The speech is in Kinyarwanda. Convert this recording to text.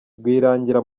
rwirangira